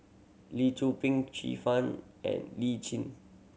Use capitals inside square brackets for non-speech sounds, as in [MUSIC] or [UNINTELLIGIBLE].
Lee Tzu Pheng [UNINTELLIGIBLE] Fang and Li Chin